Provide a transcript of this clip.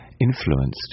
influenced